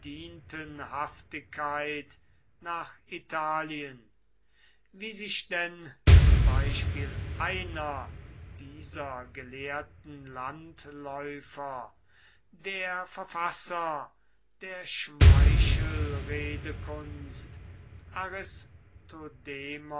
nach italien wie sich denn zum beispiel einer dieser gelehrten landläufer der verfasser der